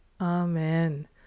amen